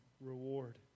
reward